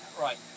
Right